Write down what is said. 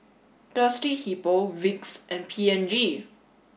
Thirsty Hippo Vicks and P and G